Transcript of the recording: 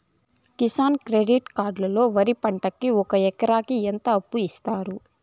Kisan credit card లో వరి పంటకి ఒక ఎకరాకి ఎంత అప్పు ఇస్తారు?